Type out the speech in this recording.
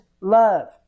love